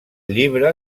llibre